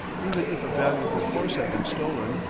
even if a valuable horse had been stolen,